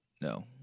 No